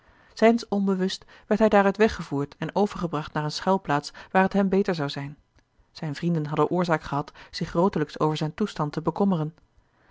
zijns onbewust werd hij daaruit weggevoerd en overgebracht naar eene schuilplaats waar het hem beter zou zijn zijne vrienden hadden oorzaak gehad zich grootelijks over zijn toestand te bekommeren